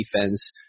defense